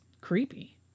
creepy